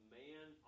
man